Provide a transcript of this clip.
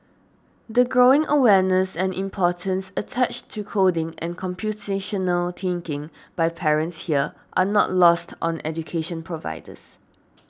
the growing awareness and importance attached to coding and computational thinking by parents here are not lost on education providers